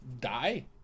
die